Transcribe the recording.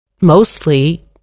mostly